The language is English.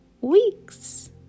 weeks